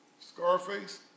Scarface